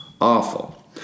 Awful